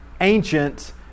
ancient